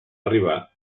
arribar